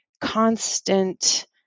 constant